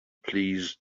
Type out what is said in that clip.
please